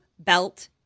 belt